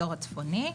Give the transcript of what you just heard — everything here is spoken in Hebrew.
האזור הצפוני.